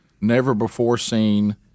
never-before-seen